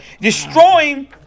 Destroying